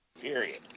Period